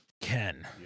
Ken